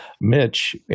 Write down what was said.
Mitch